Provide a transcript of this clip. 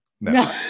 No